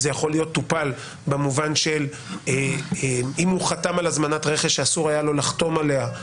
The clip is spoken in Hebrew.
זה יכול להיות טופל שאם הוא חתם על הזמנת רכש שאסור היה לו לחתום עליה,